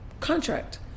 contract